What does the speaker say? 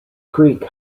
creek